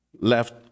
left